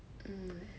um